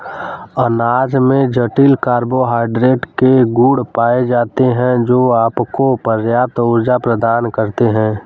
अनाज में जटिल कार्बोहाइड्रेट के गुण पाए जाते हैं, जो आपको पर्याप्त ऊर्जा प्रदान करते हैं